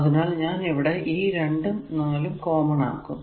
അതിനാൽ ഞാൻ ഇവിടെ ഈ 2 ഉം 4 ഉം കോമൺ ആക്കുന്നു